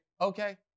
okay